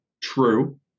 True